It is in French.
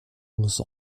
onze